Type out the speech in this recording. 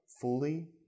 fully